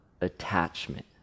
attachment